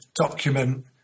document